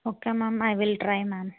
okay ma'am I will try ma'am